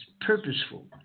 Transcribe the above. purposeful